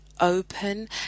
open